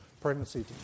pregnancy